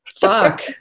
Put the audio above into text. Fuck